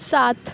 سات